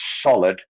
solid